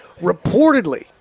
reportedly